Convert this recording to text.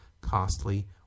costly